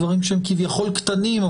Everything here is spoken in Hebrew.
דברים שהם כביכול קטנים,